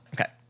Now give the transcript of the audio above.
Okay